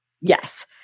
Yes